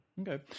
Okay